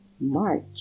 March